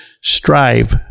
strive